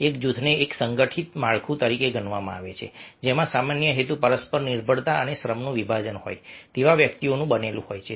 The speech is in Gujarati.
એક જૂથને એક સંગઠિત માળખું તરીકે ગણવામાં આવે છે જેમાં સામાન્ય હેતુ પરસ્પર નિર્ભરતા અને શ્રમનું વિભાજન હોય તેવા વ્યક્તિઓનું બનેલું હોય છે